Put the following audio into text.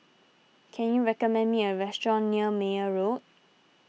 can you recommend me a restaurant near Meyer Road